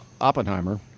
Oppenheimer